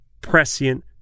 Prescient